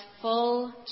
full